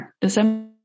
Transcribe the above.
December